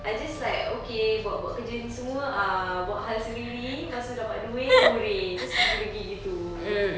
I just like okay buat buat kerja ini semua ah buat hal sendiri lepas tu dapat duit hooray just pergi pergi gitu